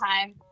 time